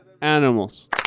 animals